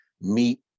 meet